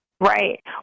Right